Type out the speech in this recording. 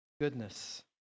goodness